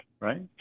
right